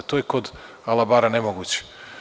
To je kod Alabare nemoguće.